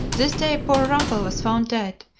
this day poor rumpel was found dead,